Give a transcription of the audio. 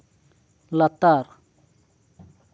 ᱞᱟᱛᱟᱨ